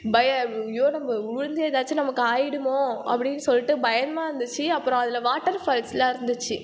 பயம் ஐயோ விழுந்து எதாச்சு ஆகிடுமோ அப்படின்னு சொல்லிட்டு பயமாக இருந்துச்சு அப்பறம் அதில் வாட்டர் ஃபால்ஸ்லாம் இருந்துச்சு